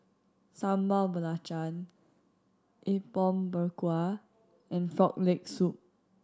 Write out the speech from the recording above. Sambal Belacan Apom Berkuah and Frog Leg Soup